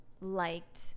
liked